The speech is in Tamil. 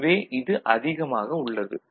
எனவே இது அதிகமாக உள்ளது